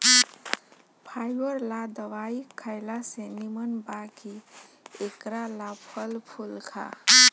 fibre ला दवाई खएला से निमन बा कि एकरा ला फल फूल खा